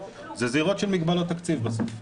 אלה זירות של מגבלות תקציב בסוף,